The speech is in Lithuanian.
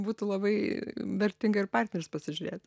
būtų labai vertinga ir partnerius pasižiūrėt